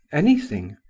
anything.